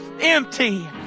Empty